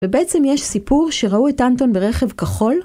ובעצם יש סיפור שראו את אנטון ברכב כחול.